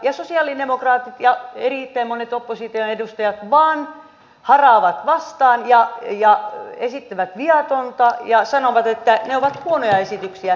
ja sosialidemokraatit ja erittäin monet opposition edustajat vain haraavat vastaan ja esittävät viatonta ja sanovat että ne ovat huonoja esityksiä